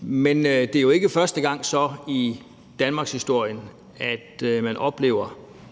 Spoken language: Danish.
Men det er så ikke første gang i danmarkshistorien, at man oplever,